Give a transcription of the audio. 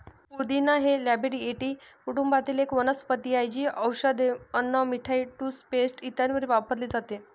पुदिना हे लॅबिएटी कुटुंबातील एक वनस्पती आहे, जी औषधे, अन्न, मिठाई, टूथपेस्ट इत्यादींमध्ये वापरली जाते